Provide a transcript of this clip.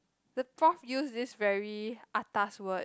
the prof use this very atas word